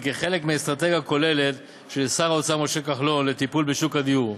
והיא חלק מאסטרטגיה כוללת של שר האוצר משה כחלון לטיפול בשוק הדיור.